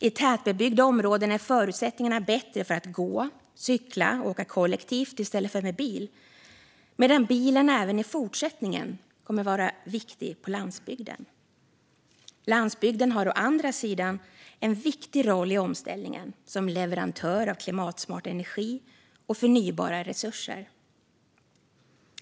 I tätbebyggda områden är förutsättningarna för att gå, cykla och åka kollektivt i stället för med bil bättre, medan bilen även i fortsättningen kommer att vara viktig på landsbygden. Landsbygden har å andra sidan en viktig roll i omställningen som leverantör av klimatsmart energi och förnybara resurser.